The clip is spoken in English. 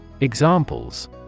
Examples